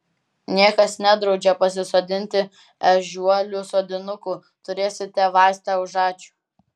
niekas nedraudžia pasisodinti ežiuolių sodinukų turėsite vaistą už ačiū